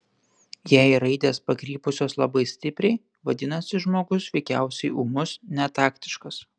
jei raidės pakrypusios labai stipriai vadinasi žmogus veikiausiai ūmus netaktiškas